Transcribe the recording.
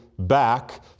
back